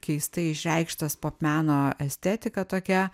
keistai išreikštas popmeno estetika tokia